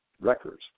records